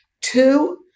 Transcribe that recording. Two